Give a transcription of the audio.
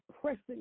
pressing